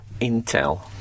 Intel